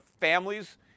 families